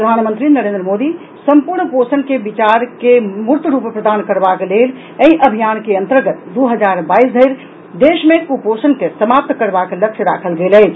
प्रधानमंत्री नरेन्द्र मोदीक सम्पूर्ण पोषण के विचार के मूर्त रूप प्रदान करबाक लेल एहि अभियान के अन्तर्गत दू हजार बाईस धरि देश मे कुपोषण के समाप्त करबाक लक्ष्य राखल गेल अछि